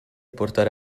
portare